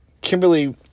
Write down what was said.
Kimberly